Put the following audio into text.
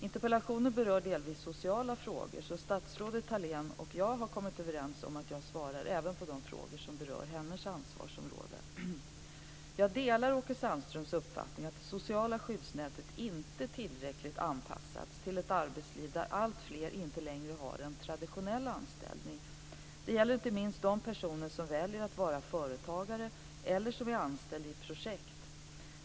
Interpellationen berör delvis sociala frågor, så statsrådet Thalén och jag har kommit överens om att jag svarar även på de frågor som berör hennes ansvarsområde. Jag delar Åke Sandströms uppfattning att det sociala skyddsnätet inte tillräckligt anpassats till ett arbetsliv där alltfler inte längre har en traditionell anställning. Det gäller inte minst de personer som väljer att vara företagare eller som är anställda i projekt.